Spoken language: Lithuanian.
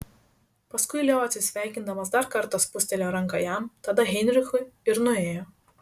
paskui leo atsisveikindamas dar kartą spustelėjo ranką jam tada heinrichui ir nuėjo